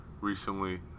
recently